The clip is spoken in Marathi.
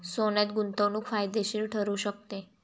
सोन्यात गुंतवणूक फायदेशीर ठरू शकते